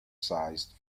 sized